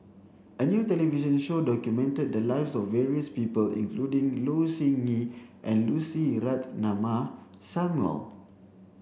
a new television show documented the lives of various people including Low Siew Nghee and Lucy Ratnammah Samuel